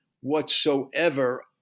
whatsoever